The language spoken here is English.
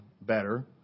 better